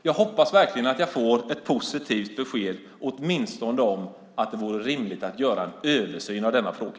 Jag hoppas verkligen att jag får ett positivt besked åtminstone om att det vore rimligt att göra en översyn av denna fråga.